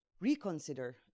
reconsider